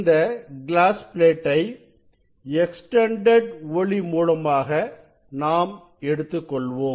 இந்த கிளாஸ் பிளேட்டை எக்ஸ்டெண்டெட் ஒளி மூலமாக நாம் எடுத்துக் கொள்வோம்